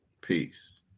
Peace